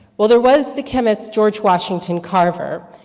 well there was the chemist, george washington carver,